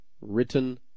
written